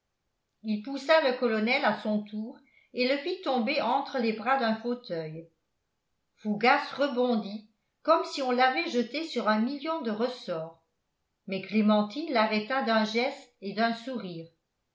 il poussa le colonel à son tour et le fit tomber entre les bras d'un fauteuil fougas rebondit comme si on l'avait jeté sur un million de ressorts mais clémentine l'arrêta d'un geste et d'un sourire